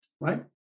right